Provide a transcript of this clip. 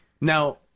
Now